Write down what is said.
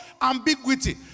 ambiguity